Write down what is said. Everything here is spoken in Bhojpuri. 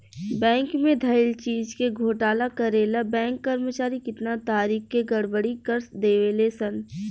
बैंक में धइल चीज के घोटाला करे ला बैंक कर्मचारी कितना तारिका के गड़बड़ी कर देवे ले सन